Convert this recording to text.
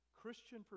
Christian